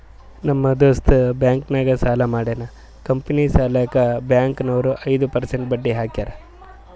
ನಮ್ ದೋಸ್ತ ಬ್ಯಾಂಕ್ ನಾಗ್ ಸಾಲ ಮಾಡ್ಯಾನ್ ಕಂಪನಿ ಸಲ್ಯಾಕ್ ಬ್ಯಾಂಕ್ ನವ್ರು ಐದು ಪರ್ಸೆಂಟ್ ಬಡ್ಡಿ ಹಾಕ್ಯಾರ್